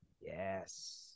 Yes